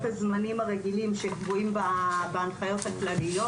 הזמנים הרגילים שקבועים בהנחיות הכלליות.